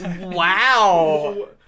Wow